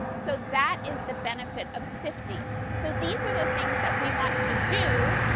so that is the benefit of sifting. so these are the things that we want to do,